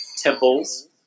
temples